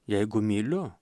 jeigu myliu